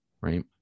right